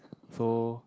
so